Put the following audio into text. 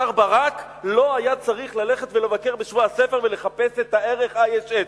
השר ברק לא היה צריך ללכת ולבקר בשבוע הספר ולחפש את הערך IHH,